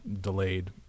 delayed